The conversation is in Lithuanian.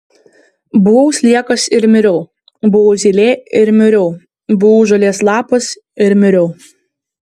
buvau sliekas ir miriau buvau zylė ir miriau buvau žolės lapas ir miriau